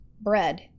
bread